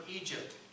Egypt